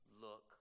look